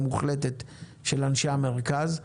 המוחלטת של אנשי המרכז.